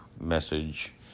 message